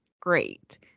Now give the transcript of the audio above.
great